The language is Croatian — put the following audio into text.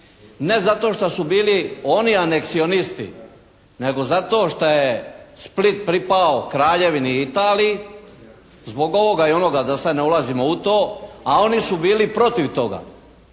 Ne zato što su bili oni aneksionisti nego zato što je Split pripao Kraljevini Italiji zbog ovoga i onoga da sad ne ulazimo u to, a oni su bili protiv toga.